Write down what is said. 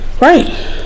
Right